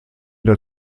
der